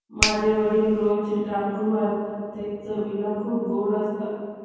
माझे वडील रोज डांगरू आणतात ते चवीला खूप गोड असतात